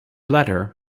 letter